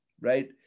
right